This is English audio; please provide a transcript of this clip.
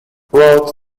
wrote